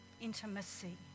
Intimacy